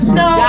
no